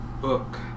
book